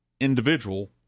individual